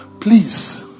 Please